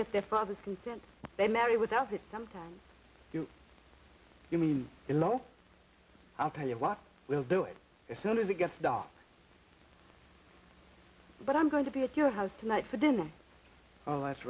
get their father's consent they marry without it sometimes gets you mean in law i'll tell you what we'll do it as soon as it gets dark but i'm going to be at your house tonight for dinner oh that's